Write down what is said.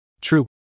true